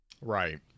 Right